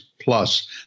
plus